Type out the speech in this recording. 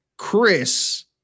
Chris